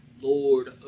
Lord